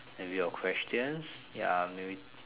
maybe your questions ya maybe